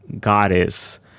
goddess